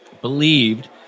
believed